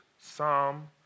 Psalm